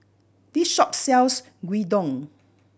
this shop sells Gyudon